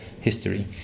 history